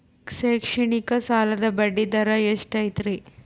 ಶೈಕ್ಷಣಿಕ ಸಾಲದ ಬಡ್ಡಿ ದರ ಎಷ್ಟು ಐತ್ರಿ?